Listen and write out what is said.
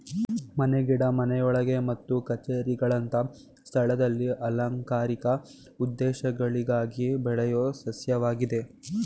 ಮನೆ ಗಿಡ ಮನೆಯೊಳಗೆ ಮತ್ತು ಕಛೇರಿಗಳಂತ ಸ್ಥಳದಲ್ಲಿ ಅಲಂಕಾರಿಕ ಉದ್ದೇಶಗಳಿಗಾಗಿ ಬೆಳೆಯೋ ಸಸ್ಯವಾಗಿದೆ